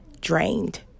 drained